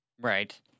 Right